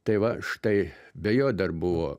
tai va štai be jo dar buvo